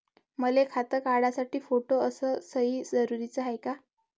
मले खातं काढासाठी फोटो अस सयी जरुरीची हाय का?